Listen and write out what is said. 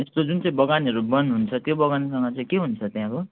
यस्तो जुन चाहिँ बगानहरू बन्द हुन्छ त्यो बगानसँग चाहिँ के हुन्छ त्यहाँको